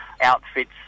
outfits